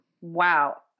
Wow